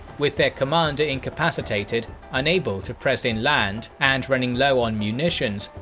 with their commander incapacitated, unable to press inland and running low on munitions,